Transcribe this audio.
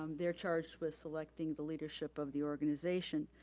um they're charged with selecting the leadership of the organization.